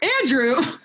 Andrew